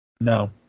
No